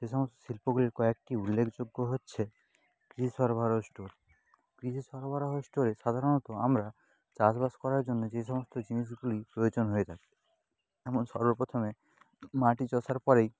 সে সমস্ত শিল্পগুলির কয়েকটি উল্লেখযোগ্য হচ্ছে কৃষি সরবরাহ স্টোর কৃষি সরবরাহ স্টোরে সাধারণত আমরা চাষবাস করার জন্যে যে সমস্ত জিনিসগুলি প্রয়োজন হয়ে থাকে যেমন সর্বপ্রথমে মাটি চষার পরেই